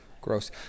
gross